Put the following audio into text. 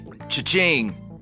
Cha-ching